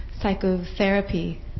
psychotherapy